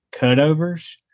cutovers